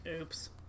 Oops